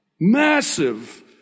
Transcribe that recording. massive